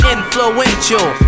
Influential